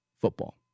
football